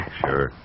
Sure